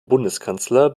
bundeskanzler